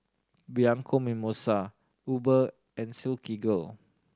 Bianco Mimosa Uber and Silkygirl